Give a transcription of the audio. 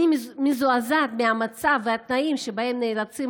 אני מזועזעת מהמצב והתנאים שבהם נאלצים